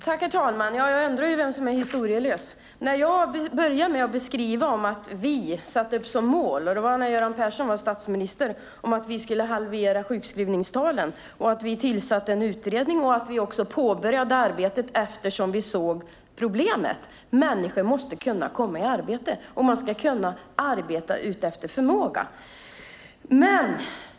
Herr talman! Jag undrar vem som är historielös. Jag började med att beskriva att när Göran Persson var statsminister satte vi upp som mål att halvera sjukskrivningstalen. Vi tillsatte en utredning och påbörjade arbetet eftersom vi såg problemet. Människor ska kunna komma i arbete och man ska kunna arbeta efter förmåga.